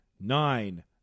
nine